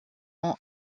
ont